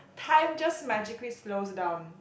time just magically slows down